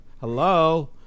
hello